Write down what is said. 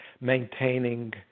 maintaining